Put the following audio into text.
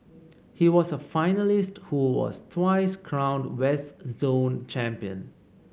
he was a finalist who was twice crowned West Zone Champion